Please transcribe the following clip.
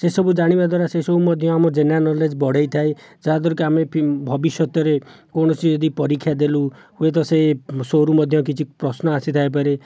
ସେସବୁ ଜାଣିବା ଦ୍ଵାରା ସେସବୁ ମଧ୍ୟ ଆମର ଜେନେରାଲ ନଲେଜ ବଢ଼େଇଥାଏ ଯାହାଦ୍ୱାରାକି ଆମେ ଭବିଷ୍ୟତରେ କୌଣସି ଯଦି ପରୀକ୍ଷା ଦେଲୁ ହୁଏ ତ ସେ ସୋରୁ ମଧ୍ୟ କିଛି ପ୍ରଶ୍ନ ଆସିଥାଇପାରେ